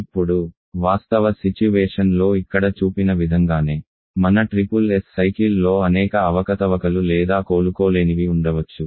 ఇప్పుడు వాస్తవ సిచ్యువేషన్ లో ఇక్కడ చూపిన విధంగానే మన SSS సైకిల్లో అనేక అవకతవకలు లేదా కోలుకోలేనివి ఉండవచ్చు